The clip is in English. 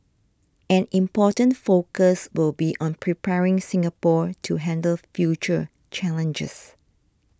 an important focus will be on preparing Singapore to handle future challenges